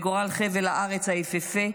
חוששים לגורל חבל הארץ היפהפה,